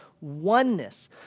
oneness